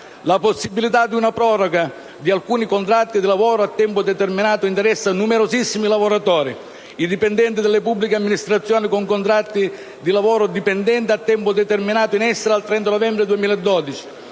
La possibilità di una proroga di alcuni contratti di lavoro a tempo determinato interessa numerosissimi lavoratori: i dipendenti delle pubbliche amministrazioni con contratti di lavoro dipendente a tempo determinato in essere al 30 novembre 2012;